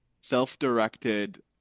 self-directed